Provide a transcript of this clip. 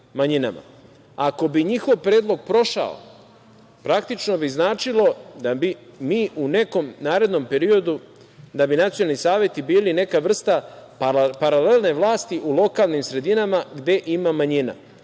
bi njihov predlog prošao, praktično bi značilo da bi mi u nekom narednom periodu, da bi nacionalni saveti bili neka vrsta paralelne vlasti u lokalnim sredinama gde ima manjina.